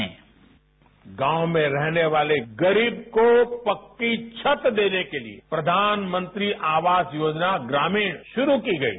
sound bite गांव में रहने वाले गरीब को पक्की छत देने के लिए प्रधानमंत्री आवास योजना ग्रामीण शुरू की गई है